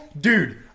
Dude